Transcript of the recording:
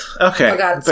Okay